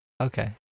Okay